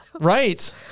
Right